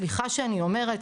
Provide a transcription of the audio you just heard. סליחה שאני אומרת,